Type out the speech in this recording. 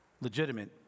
legitimate